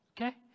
Okay